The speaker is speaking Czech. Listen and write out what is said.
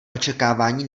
očekávání